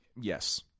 Yes